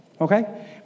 okay